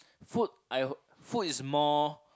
food I hope food is more